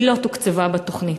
והיא לא תוקצבה בתוכנית.